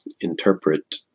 interpret